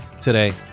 today